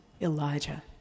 Elijah